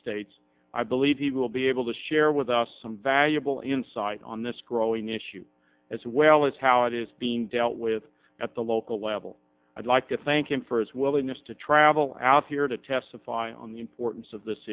states i believe he will be able to share with us some valuable insight on this growing issue as well as how it is being dealt with at the local level i'd like to thank him for his willingness to travel out here to testify on the importance of this